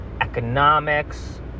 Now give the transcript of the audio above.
economics